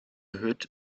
erhöht